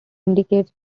indicates